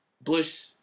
Bush